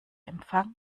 empfang